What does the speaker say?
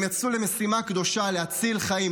הם יצאו למשימה קדושה להציל חיים.